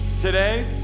today